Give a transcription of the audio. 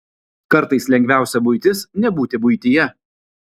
kartais lengviausia buitis nebūti buityje